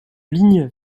ligne